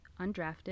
Undrafted